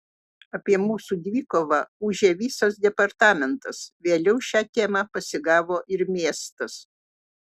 apie mūsų dvikovą ūžė visas departamentas vėliau šią temą pasigavo ir miestas